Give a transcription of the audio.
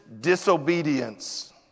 disobedience